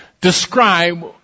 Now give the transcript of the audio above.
describe